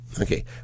Okay